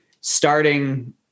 starting